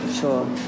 Sure